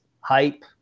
hype